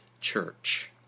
church